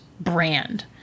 brand